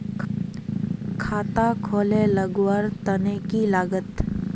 खाता खोले लगवार तने की लागत?